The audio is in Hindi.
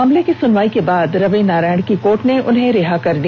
मामले की सुनवाई के बाद रवि नारायण की कोर्ट ने उन्हें रिहा कर दिया